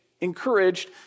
encouraged